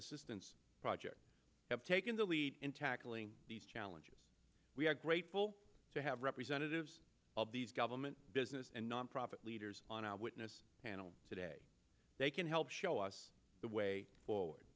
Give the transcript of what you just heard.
assistance project have taken the lead in tackling these challenges we are grateful to have representatives of these government business and nonprofit leaders on our witness panel today they can help show us the way forward